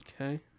Okay